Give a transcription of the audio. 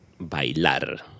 Bailar